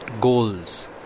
goals